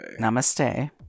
Namaste